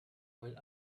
while